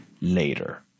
later